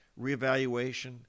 reevaluation